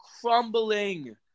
crumbling